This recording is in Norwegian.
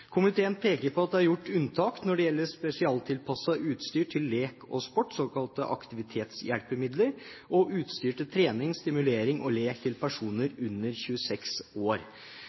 Komiteen peker på at det er gjort unntak når det gjelder spesialtilpasset utstyr til lek og sport, såkalte aktivitetshjelpemidler, og utstyr til trening, stimulering og lek til personer under 26 år.